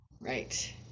Right